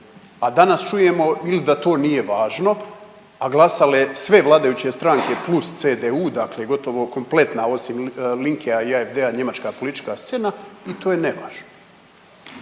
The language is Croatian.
a danas čujemo ili da to nije važno, a glasale sve vladajuće stranke plus CDU dakle gotovo kompletna osim Linkedlna i AFD-a njemačka politička scena i to je nevažno.